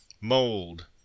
Mold